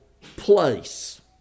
place